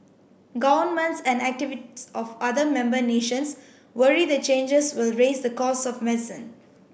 governments and activists of other member nations worry the changes will raise the costs of medicine